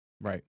Right